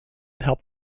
help